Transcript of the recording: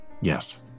Yes